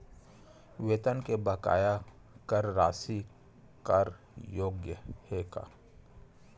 वेतन के बकाया कर राशि कर योग्य हे का?